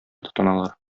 тотыналар